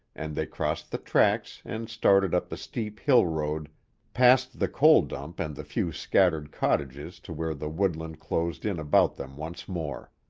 and they crossed the tracks and started up the steep hill road past the coal-dump and the few scattered cottages to where the woodland closed in about them once more.